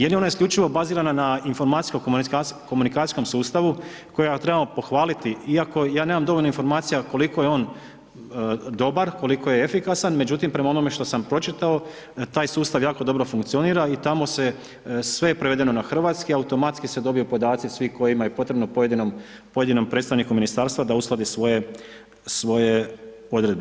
Je li ona isključivo bazirana na informacijsko komunikacijskom sustavu koji trebamo pohvaliti iako ja nemam dovoljno informacija koliko je on dobar, koliko je efikasan, međutim prema onome što sam pročitao taj sustav jako dobro funkcionira i tamo se, sve je prevedeno na hrvatski, automatski se dobiju podaci svih kojima je potrebno, pojedinom predstavniku ministarstva da uskladi svoje odredbe.